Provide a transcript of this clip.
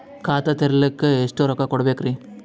ಖಾತಾ ತೆರಿಲಿಕ ಎಷ್ಟು ರೊಕ್ಕಕೊಡ್ಬೇಕುರೀ?